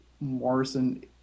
Morrison